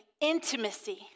intimacy